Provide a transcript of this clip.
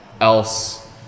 else